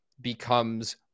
becomes